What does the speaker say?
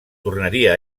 tornaria